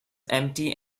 empty